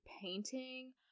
painting